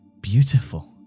beautiful